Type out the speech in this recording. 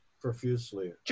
profusely